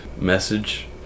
message